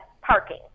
parking